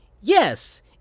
Yes